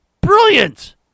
brilliant